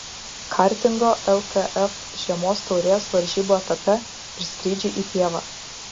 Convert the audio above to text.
kartingo lkf žiemos taurės varžybų etape ir skrydžiai į pievą